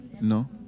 No